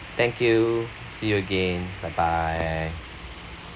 thank you see you again bye bye